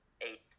eight